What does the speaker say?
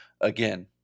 again